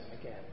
again